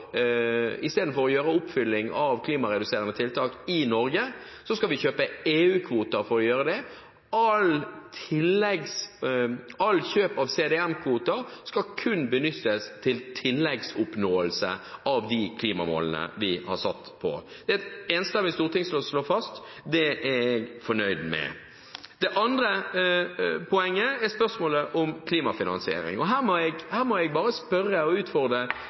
gjøre det. Alle kjøp av CDM-kvoter skal kun benyttes til tilleggsoppnåelse av de klimamålene vi har satt oss. Det er det et enstemmig storting som slår fast, og det er jeg fornøyd med. Det andre poenget er spørsmålet om klimafinansiering. Her må jeg bare spørre og utfordre Kristelig Folkeparti og Venstre særlig, fordi et mindretall her bestående av Arbeiderpartiet, Senterpartiet, SV og